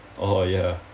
oh ya